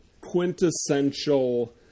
quintessential